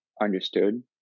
understood